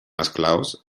esclaus